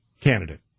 candidate